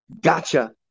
gotcha